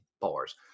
bars